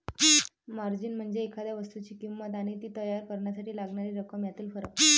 margin म्हणजे एखाद्या वस्तूची किंमत आणि ती तयार करण्यासाठी लागणारी रक्कम यातील फरक